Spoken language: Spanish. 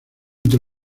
entre